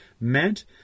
meant